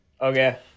Okay